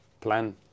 plan